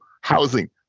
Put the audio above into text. housing